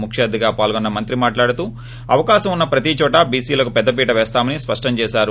ముఖ్యఅతిథిగా పాల్గొన్న మంత్రి మాట్లాడుతూ అవకాశం ఉన్న ప్రతీ చోట చీసీలకు పెద్దపీట పేస్తామని స్పష్టం చేశారు